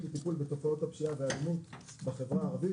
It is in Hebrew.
לטיפול בתופעות הפשיעה והאלימות בחברה הערבית".